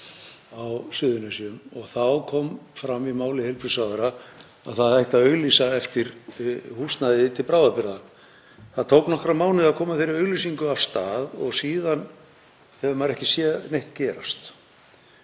á Suðurnesjum og þá kom fram í máli heilbrigðisráðherra að það ætti að auglýsa eftir húsnæði til bráðabirgða. Það tók nokkra mánuði að koma þeirri auglýsingu af stað og síðan hefur maður ekki séð neitt gerast.